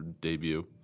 debut